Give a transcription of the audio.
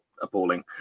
appalling